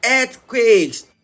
earthquakes